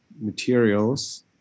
materials